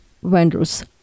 vendors